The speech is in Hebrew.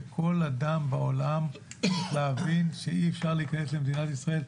וכל אדם בעולם צריך להבין שאי-אפשר להיכנס למדינת ישראל,